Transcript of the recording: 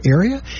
area